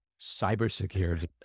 cybersecurity